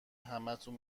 همتون